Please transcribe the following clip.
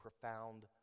profound